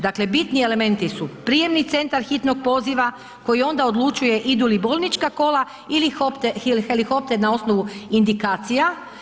Dakle, bitni elementni su prijemni centar hitnog poziva koji onda odlučuje idu li bolnička kola ili helikopter na osnovu indikacija.